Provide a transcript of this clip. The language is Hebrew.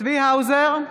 צבי האוזר,